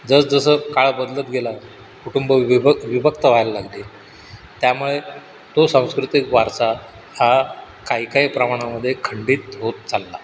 जस जसं काळ बदलत गेला कुटुंब विभ विभक्त व्हायला लागली त्यामुळे तो सांस्कृतिक वारसा हा काही काही प्रमाणामध्ये खंडित होत चालला